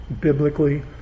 biblically